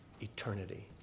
eternity